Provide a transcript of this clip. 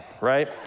right